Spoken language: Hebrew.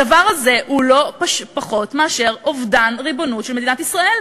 הדבר הזה הוא לא פחות מאשר אובדן ריבונות של מדינת ישראל.